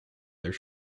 their